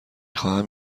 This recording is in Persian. خواهم